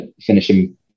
finishing